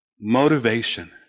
Motivation